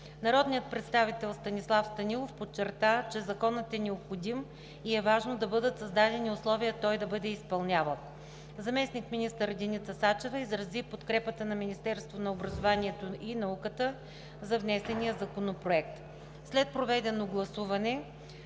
Народният представител Станислав Станилов подчерта, че Законът е необходим и е важно да бъдат създадени условия той да бъде изпълняван. Заместник-министър Деница Сачева изрази подкрепата на Министерството на образованието и науката за внесения Законопроект. След проведено гласуване